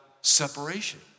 separation